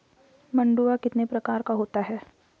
मंडुआ कितने प्रकार का होता है?